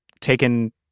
taken